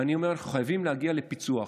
ואני אומר: אנחנו חייבים להגיע לפיצוח,